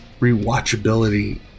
rewatchability